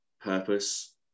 purpose